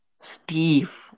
Steve